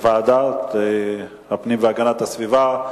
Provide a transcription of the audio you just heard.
לוועדת הפנים והגנת הסביבה.